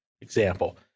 example